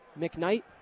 McKnight